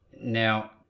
Now